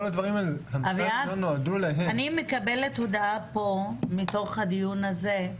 אביעד, אני מקבלת הודעה פה מתוך הדיון הזה,